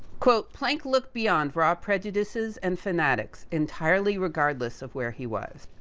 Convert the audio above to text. quote, planck looked beyond for our prejudices and fanatics, entirely, regardless of where he was.